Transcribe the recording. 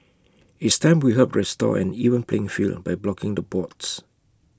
it's time we help restore an even playing field by blocking the bots